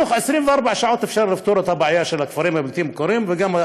תוך 24 שעות אפשר לפתור את הבעיה של הכפרים הבלתי-מוכרים וגם את